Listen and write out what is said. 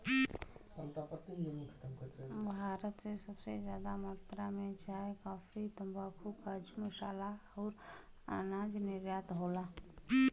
भारत से सबसे जादा मात्रा मे चाय, काफी, तम्बाकू, काजू, मसाला अउर अनाज निर्यात होला